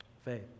faith